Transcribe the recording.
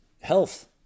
health